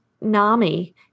NAMI